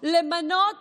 למנות